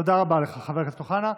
תודה רבה לך, חבר הכנסת אוחנה.